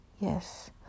yes